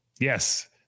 Yes